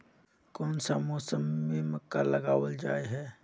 कोन सा मौसम में मक्का लगावल जाय है?